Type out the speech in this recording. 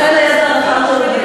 לכן הידע הרחב שלו בעניין הזה.